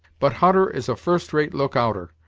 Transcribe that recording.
but hutter is a first-rate look-outer,